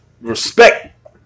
respect